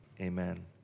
amen